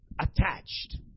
attached